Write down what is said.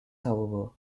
however